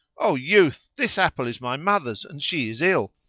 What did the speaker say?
o youth this apple is my mother's and she is ill.